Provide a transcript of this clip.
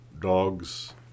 dogs